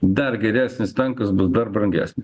dar geresnis tankas bus dar brangesnis